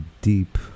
deep